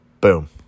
Boom